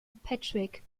patrick